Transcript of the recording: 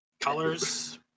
Colors